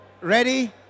Ready